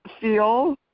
feel